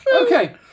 Okay